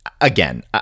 Again